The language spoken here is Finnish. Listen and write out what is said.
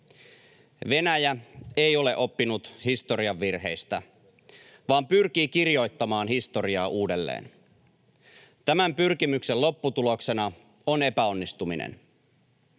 Venäjä ei ole oppinut historian virheistä vaan pyrkii kirjoittamaan historiaa uudelleen. Tämän pyrkimyksen lopputuloksena on epäonnistuminen.